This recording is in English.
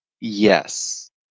Yes